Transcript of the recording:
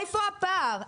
איפה הפער?